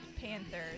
panthers